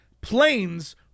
planes